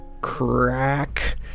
crack